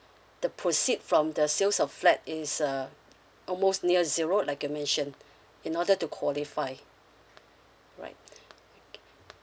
the proceed from the sales of flat is uh almost near zero like I mentioned in order to qualify alright